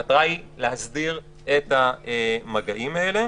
המטרה היא להסדיר את המגעים האלה.